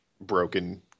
broken